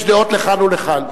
יש דעות לכאן ולכאן.